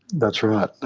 that's right,